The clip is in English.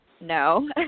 no